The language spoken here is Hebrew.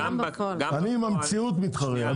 אני עם המציאות מתחרה.